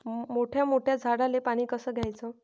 मोठ्या मोठ्या झाडांले पानी कस द्याचं?